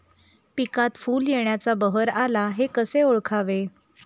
पिकात फूल येण्याचा बहर आला हे कसे ओळखावे?